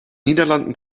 niederlanden